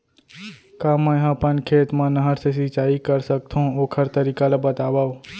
का मै ह अपन खेत मा नहर से सिंचाई कर सकथो, ओखर तरीका ला बतावव?